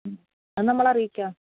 അത് നമ്മള് അറിയിക്കാം